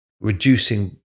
reducing